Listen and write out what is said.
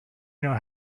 know